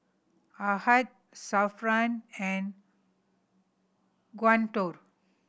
Ahad Zafran and Guntur